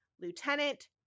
lieutenant